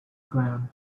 ground